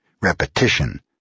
Repetition